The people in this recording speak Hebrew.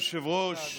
אדוני היושב-ראש,